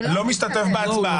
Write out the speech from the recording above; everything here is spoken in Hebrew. הוועדה,